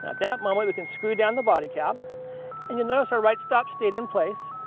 that moment, we can screw down the body cap and you'll notice our right stop stayed in place.